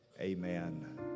Amen